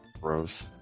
Gross